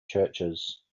churches